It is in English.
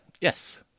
Yes